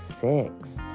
six